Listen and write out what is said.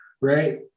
right